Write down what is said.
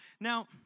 Now